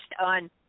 on